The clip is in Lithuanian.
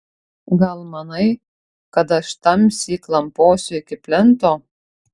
gal manai kad aš tamsy klamposiu iki plento